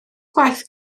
gwaith